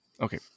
Okay